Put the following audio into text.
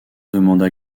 demanda